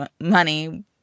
money